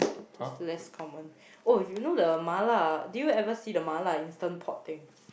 just less common oh you know the mala do you ever see the mala instant pot thing